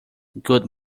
good